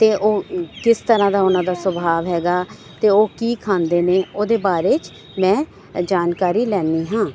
ਅਤੇ ਉਹ ਕਿਸ ਤਰ੍ਹਾਂ ਦਾ ਉਹਨਾਂ ਦਾ ਸੁਭਾਵ ਹੈਗਾ ਅਤੇ ਉਹ ਕੀ ਖਾਂਦੇ ਨੇ ਉਹਦੇ ਬਾਰੇ 'ਚ ਮੈਂ ਜਾਣਕਾਰੀ ਲੈਂਦੀ ਹਾਂ